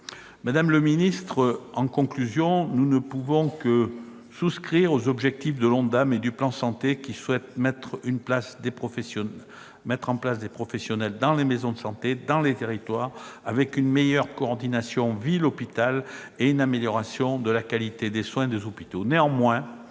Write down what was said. Madame la ministre, nous ne pouvons que souscrire aux objectifs de l'ONDAM et du plan Santé : mettre en place des professionnels dans les maisons de santé, dans les territoires, avec une meilleure coordination entre la ville et l'hôpital, et une amélioration de la qualité des soins dans les hôpitaux.